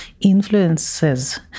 influences